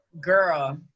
girl